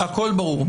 הכול ברור.